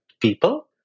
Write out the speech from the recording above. people